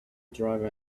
driver